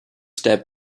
step